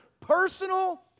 personal